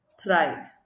Thrive